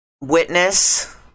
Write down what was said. witness